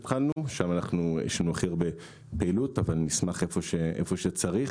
שם יש לנו הכי הרבה פעילות אבל נשמח לעשות זאת היכן שצריך.